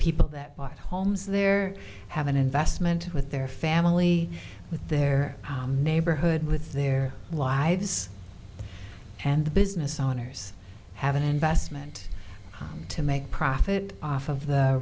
people that bought homes there have an investment with their family with their neighborhood with their lives and the business owners have an investment to make profit off of the